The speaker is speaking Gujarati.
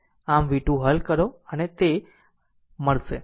આમ v 2 હલ કરો અને તે છે